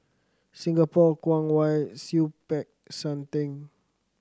Singapore Kwong Wai Siew Peck San Theng